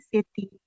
City